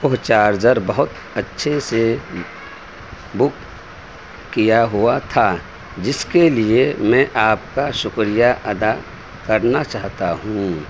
وہ چارجر بہت اچھے سے بک کیا ہوا تھا جس کے لیے میں آپ کا شکریہ ادا کرنا چاہتا ہوں